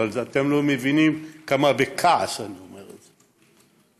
אבל אתם לא מבינים כמה בכעס אני אומר את זה.